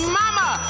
mama